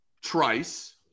Trice